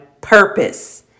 purpose